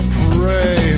pray